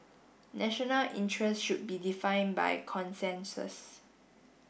national interest should be define by consensus